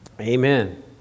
Amen